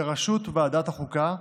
בראשות ועדת החוקה,